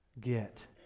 get